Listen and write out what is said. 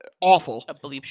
awful